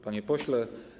Panie Pośle!